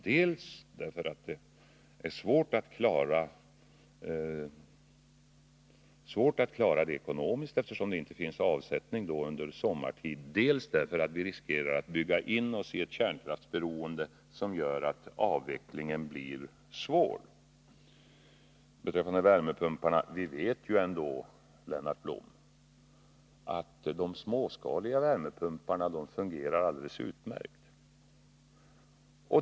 Det gäller dels därför att detta är svårt att klara ekonomiskt med hänsyn till de dåliga avsättningsmöjligheterna sommartid, dels därför att vi riskerar att bygga in oss i ett kärnkraftsberoende som försvårar avvecklingen av kärnkraften. Beträffande värmepumparna vill jag till Lennart Blom säga att vi vet att småskaliga sådana fungerar alldeles utmärkt.